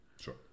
Sure